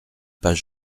pas